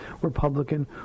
Republican